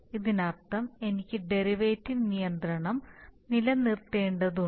ഇതിനർത്ഥം എനിക്ക് ഡെറിവേറ്റീവ് നിയന്ത്രണം നിലനിർത്തേണ്ടതുണ്ട്